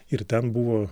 ir ten buvo